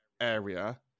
area